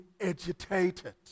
agitated